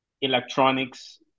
electronics